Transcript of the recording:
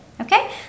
okay